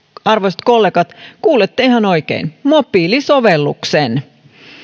arvoisat kollegat kuulette ihan oikein mobiilisovelluksen